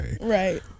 right